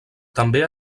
també